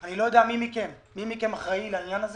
אני לא יודע מי מכם אחראי לעניין הזה